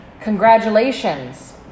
congratulations